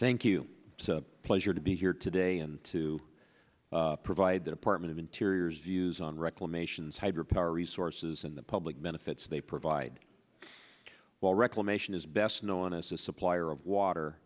thank you so a pleasure to be here today and to provide the apartment of interiors views on reclamation is hydropower resources and the public benefits they provide while reclamation is best known as a supplier of water